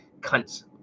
cunts